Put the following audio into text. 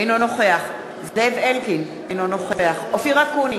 אינו נוכח זאב אלקין, אינו נוכח אופיר אקוניס,